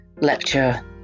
lecture